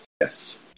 Yes